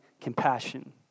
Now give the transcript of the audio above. compassion